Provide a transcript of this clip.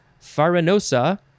farinosa